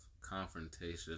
confrontation